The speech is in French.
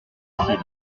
ainsi